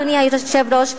אדוני היושב-ראש,